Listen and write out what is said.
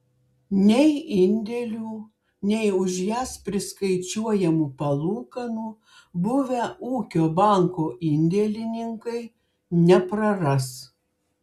nei indėlių nei už jas priskaičiuojamų palūkanų buvę ūkio banko indėlininkai nepraras